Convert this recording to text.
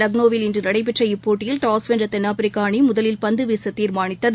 லக்ளோவில் இன்று நடைபெற்ற இப்போட்டியில் டாஸ் வென்ற தென்னாப்பிரிக்க அணி முதலில் பந்து வீச தீர்மானித்தது